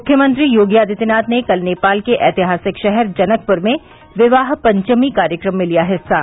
मुख्यमंत्री योगी आदित्यनाथ ने कल नेपाल के ऐतिहासिक शहर जनकपुर में विवाह पंचमी कार्यक्रम में लिया हिस्सा